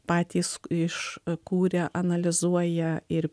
patys iš kuria analizuoja ir